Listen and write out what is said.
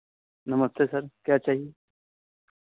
नमस्ते सर क्या चाहिए